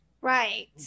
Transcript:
Right